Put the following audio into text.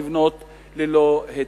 לבנות ללא היתרים.